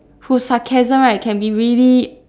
whose sarcasm right can be really